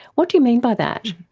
what do you mean by that?